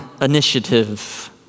initiative